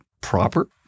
proper